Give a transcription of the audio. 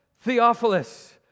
Theophilus